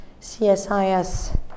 CSIS